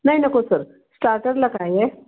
नाही नको सर स्टार्टरला काय आहे